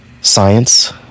science